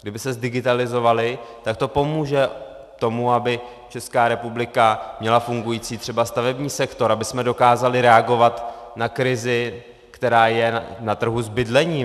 Kdyby se zdigitalizovaly, tak to pomůže tomu, aby Česká republika měla fungující třeba stavební sektor, abychom dokázali reagovat na krizi, která je na trhu s bydlením.